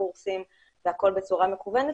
קורסים והכול בצורה מקוונת.